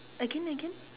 again again